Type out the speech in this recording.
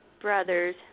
brothers